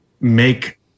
make